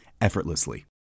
effortlessly